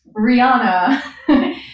Rihanna